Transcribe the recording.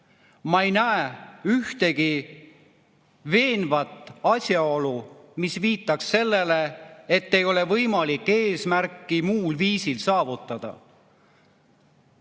ma ei näe ühtegi veenvat asjaolu, mis viitaks sellele, et ei ole võimalik eesmärki muul viisil saavutada.